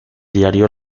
diario